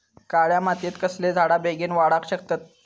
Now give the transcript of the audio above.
काळ्या मातयेत कसले झाडा बेगीन वाडाक शकतत?